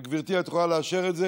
וגברתי, את יכולה לאשר את זה